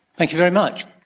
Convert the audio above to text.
thank you very much.